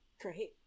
Great